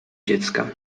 dziecka